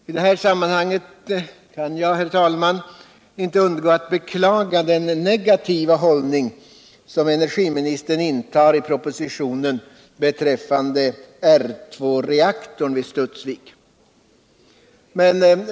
I detta sammanhang kan jag, herr talman, inte undgå att beklaga den negativa hällning som cenergiministern intar i propositionen beträffande R2-rcaktorn i Studsvik.